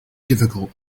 difficult